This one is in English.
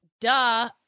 Duh